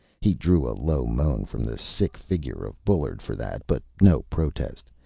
he drew a low moan from the sick figure of bullard for that, but no protest.